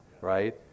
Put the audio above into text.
right